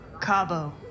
Cabo